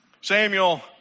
Samuel